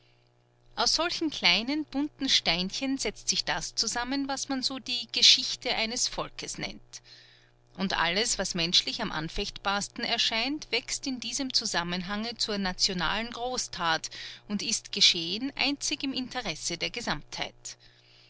aus solchen kleinen bunten steinchen setzt sich das zusammen was man so die geschichte eines volkes nennt und alles was menschlich am anfechtbarsten erscheint wächst in diesem zusammenhange zur nationalen großtat und ist geschehen einzig im interesse der gesamtheit